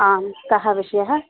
आं कः विषयः